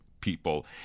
people